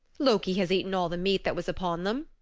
loki has eaten all the meat that was upon them,